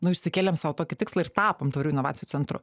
nu išsikėlėm sau tokį tikslą ir tapom tvarių inovacijų centru